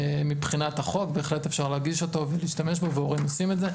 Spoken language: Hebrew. מבחינת החוק בהחלט אפשר להגיש אותו ולהשתמש בו והורים עושים את זה,